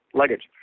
luggage